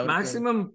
Maximum